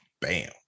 Bam